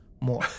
more